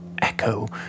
echo